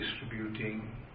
distributing